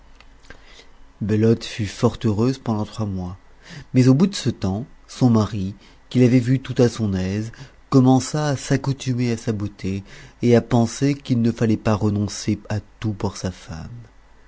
belote fut fort heureuse pendant trois mois mais au bout de ce tems son mari qui l'avait vue tout à son aise commença à s'accoutumer à sa beauté et à penser qu'il ne fallait pas renoncer à tout pour sa femme